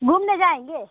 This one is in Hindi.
घूमने जाएँगे